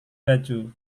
baju